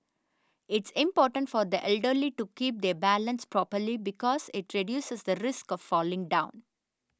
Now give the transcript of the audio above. it's important for the elderly to keep their balance properly because it reduces the risk of falling down